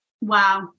Wow